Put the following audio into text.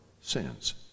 sins